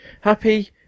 Happy